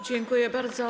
Dziękuję bardzo.